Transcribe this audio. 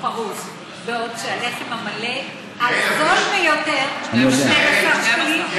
בעוד הלחם המלא הזול ביותר הוא 12 שקלים,